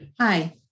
hi